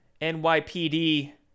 NYPD